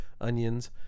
onions